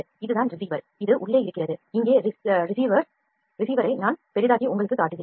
இதுதான் ரிசீவர் இது உள்ளே இருக்கிறது இங்கே ரிசீவர்ஐ நான் பெரிதாக்கி உங்களுக்குக் காட்டுகிறேன்